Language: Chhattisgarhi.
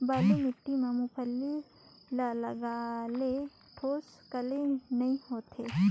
बालू माटी मा मुंगफली ला लगाले ठोस काले नइ होथे?